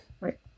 Right